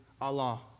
Allah